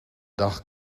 dag